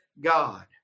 God